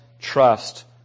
trust